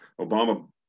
Obama